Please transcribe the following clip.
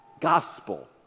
gospel